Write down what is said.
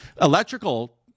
electrical